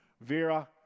Vera